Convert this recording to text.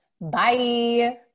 Bye